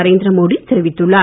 நரேந்திர மோடி தெரிவித்துள்ளார்